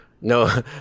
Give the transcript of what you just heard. no